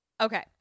Okay